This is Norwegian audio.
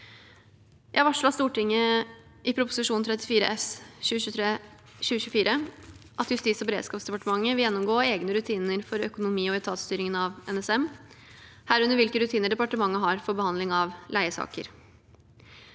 Jeg varslet Stortinget i Prop. 34 S for 2023–2024 at Justis- og beredskapsdepartementet vil gjennomgå egne rutiner innenfor økonomi- og etatsstyringen av NSM, herunder hvilke rutiner departementet har for behandling av leiesaker.